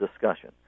discussion